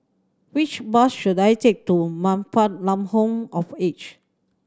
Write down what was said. which bus should I take to Man Fatt Lam Home of Aged